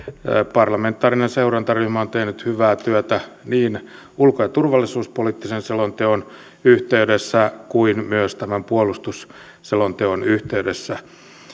parlamentaarinen seurantaryhmä on tehnyt hyvää työtä niin ulko ja turvallisuuspoliittisen selonteon yhteydessä kuin myös tämän puolustusselonteon yhteydessä